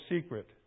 secret